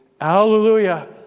hallelujah